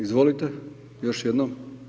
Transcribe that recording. Izvolite još jednom.